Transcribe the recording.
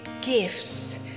gifts